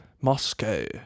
Moscow